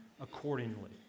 accordingly